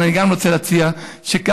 אבל אני גם רוצה להציע שהחקלאים,